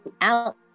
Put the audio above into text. out